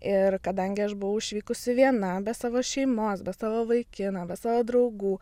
ir kadangi aš buvau išvykusi viena be savo šeimos be savo vaikino be savo draugų